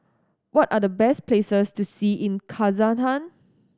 what are the best places to see in Kazakhstan